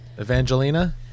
Evangelina